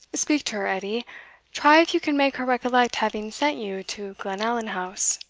speak to her, edie try if you can make her recollect having sent you to glenallan house.